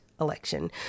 election